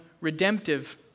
redemptive